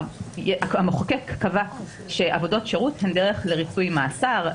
המחוקק קבע שעבודות שירות הן דרך לריצוי מאסר.